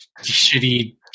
shitty